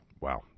wow